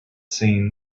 seen